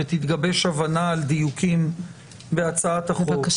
ותתגבש הבנה על דיוקים בהצעת החוק,